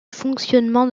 fonctionnement